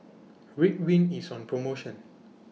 Ridwind IS on promotion